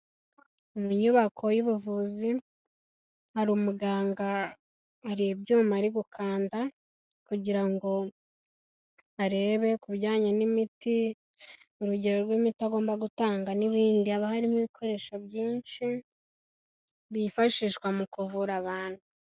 Mu nyubako y'ubuvuzi, hari umuganga, hari ibyuma ari gukanda kugira ngo arebe ku bijyanye n'imiti, urugero rw'imiti agomba gutanga n'ibindi, haba harimo ibikoresho byinshi byifashishwa mu kuvura abantu.